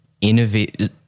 innovate